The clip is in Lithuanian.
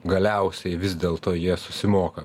galiausiai vis dėlto jie susimoka